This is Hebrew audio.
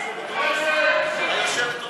היושבת-ראש.